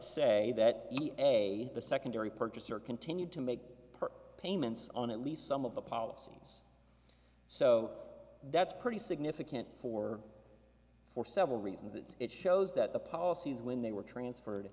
say that a secondary purchaser continued to make per payments on at least some of the policies so that's pretty significant for for several reasons that it shows that the policies when they were transferred